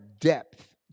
depth